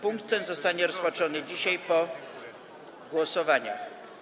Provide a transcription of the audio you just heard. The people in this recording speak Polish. Punkt ten zostanie rozpatrzony dzisiaj po głosowaniach.